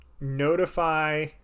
notify